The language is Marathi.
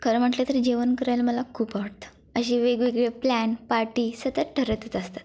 खरं म्हटलं तरी जेवण करायला मला खूप आवडतं अशी वेगवेगळे प्लॅन पार्टी सतत ठरतच असतात